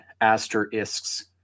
asterisks